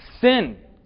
Sin